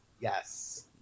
Yes